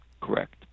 correct